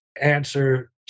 answer